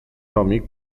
tomik